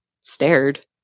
stared